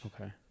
Okay